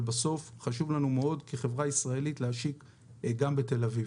אבל חשוב לנו מאוד כחברה ישראלית להשיק גם בתל-אביב.